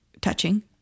touching